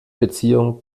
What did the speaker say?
beziehung